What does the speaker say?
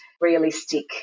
realistic